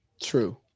true